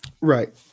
Right